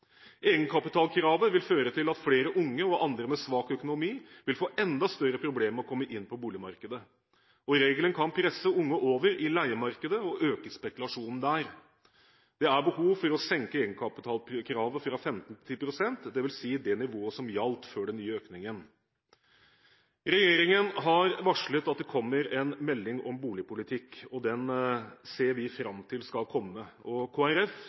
Egenkapitalkravet vil føre til at flere unge og andre med svak økonomi vil få enda større problemer med å komme inn på boligmarkedet og kan i regelen presse unge over i leiemarkedet og øke spekulasjonen der. Det er behov for å senke egenkapitalkravet fra 15 pst. til 10 pst., dvs. det nivået som gjaldt før den nye økningen. Regjeringen har varslet at det kommer en melding om boligpolitikk, og den ser vi fram til skal komme.